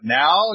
now